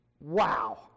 wow